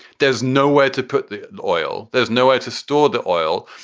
there's nowhere to put the oil. there's nowhere to store the oil.